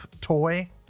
toy